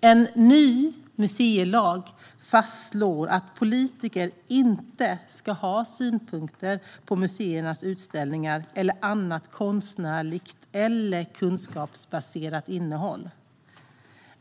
En ny museilag fastslår att politiker inte ska ha synpunkter på museernas utställningar eller annat konstnärligt eller kunskapsbaserat innehåll.